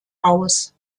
aus